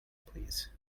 please